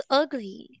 ugly